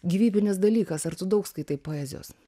gyvybinis dalykas ar tu daug skaitai poezijos